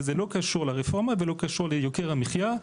וזה לא קשור לרפורמה וזה לא קשור ליוקר המחייה,